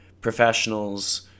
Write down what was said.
professionals